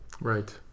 Right